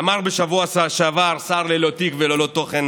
אמר בשבוע שעבר שר ללא תיק וללא תוכן,